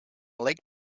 lake